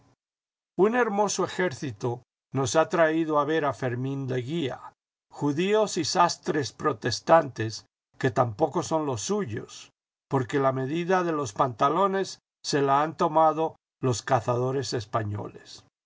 un hermoso ejército nos ha traído a vera fermín leguía judíos y sastres protestantes que tampoco son los suyos porque la medida de los pantalones se la han tomado los cazadores españoles